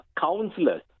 Counselors